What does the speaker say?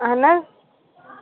اَہن حظ